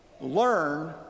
learn